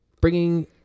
bringing